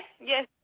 Yes